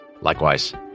Likewise